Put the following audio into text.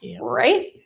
right